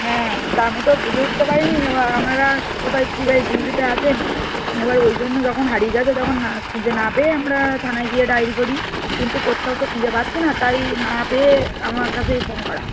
হ্যাঁ তা আমি তো বুঝে উঠতে পারি নি এবার আমনারা কোথায় কীভাবে ডিউটিতে আছেন এবার ওই জন্য যখন হারিয়ে গেছে তখন না খুঁজে না পেয়ে আমরা থানায় গিয়ে ডায়েরি করি কিন্তু কোত্থাও তো খুঁজে পাচ্ছি না তাই না পেয়ে আপনার কাছে এই ফোন করা